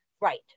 right